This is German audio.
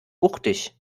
wuchtig